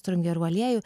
turim gerų aliejų